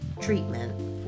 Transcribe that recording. treatment